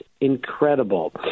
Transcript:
incredible